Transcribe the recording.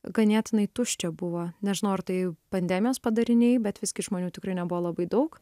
ganėtinai tuščia buvo nežinau ar tai pandemijos padariniai bet visgi žmonių tikrai nebuvo labai daug